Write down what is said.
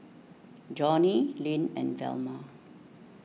Johnnie Lynne and Velma